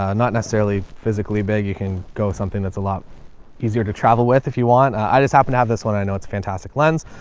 ah not necessarily physically big. you can go with something that's a lot easier to travel with if you want. i just happened to have this one. i know it's fantastic lens.